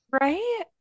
Right